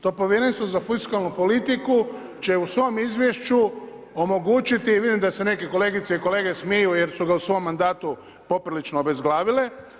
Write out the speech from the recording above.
To povjerenstvo za fiskalnu politiku će u svom izvješću omogućiti, vidim da se neki kolegice i kolege smiju, jer su ga u svom mandatu poprilično obezglavile.